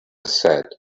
said